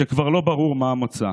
שכבר לא ברור מה המוצא.